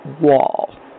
wall